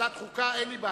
נדמה לי.